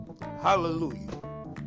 Hallelujah